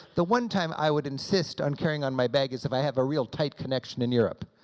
the one time i would insist on carrying on my bag is if i have a real tight connection in europe.